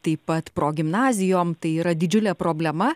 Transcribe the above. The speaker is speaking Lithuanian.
taip pat progimnazijom tai yra didžiulė problema